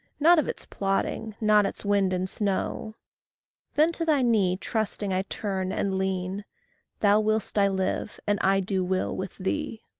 not of its plodding, not its wind and snow then to thy knee trusting i turn, and lean thou will'st i live, and i do will with thee.